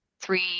three